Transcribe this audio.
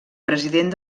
president